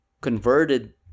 converted